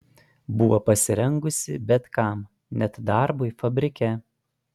buvo pasirengusi bet kam net darbui fabrike